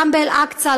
גם באל-אקצא,